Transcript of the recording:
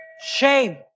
Shame